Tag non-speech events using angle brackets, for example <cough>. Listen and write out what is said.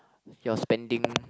your spending <noise>